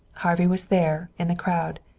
harvey was there, in the crowd.